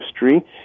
history